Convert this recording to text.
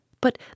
But